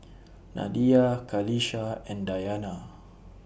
Nadia Qalisha and Dayana